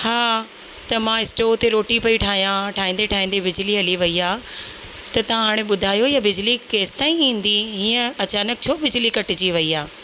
हा त मां स्टोव ते रोटी पई ठाहियां ठाहींदे ठाहींदे बिजली हली वई आहे त तव्हां हाणे ॿुधायो इहा बिजली केसि ताईं ईंदी हीअं अचानक छो बिजली कटिजी वई आहे